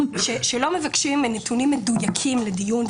כשלא מבקשים ממני נתונים מדויקים לדיון,